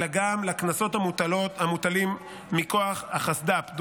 אלא גם על קנסות המוטלים מכוח חוק סדר הדין הפלילי,